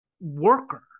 worker